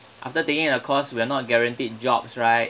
after taking that course we're not guaranteed jobs right